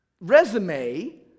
resume